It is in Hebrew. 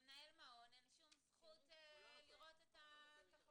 למנהל מעון אין שום זכות לראות את החומרים.